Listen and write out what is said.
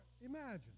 imagine